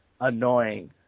annoying